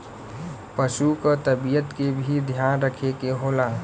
पसु क तबियत के भी ध्यान रखे के होला